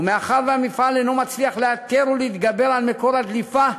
ומאחר שהמפעל אינו מצליח לאתר ולהתגבר על מקור הדליפה,